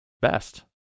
best